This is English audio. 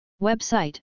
Website